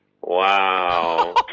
wow